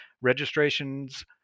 registrations